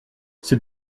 c’est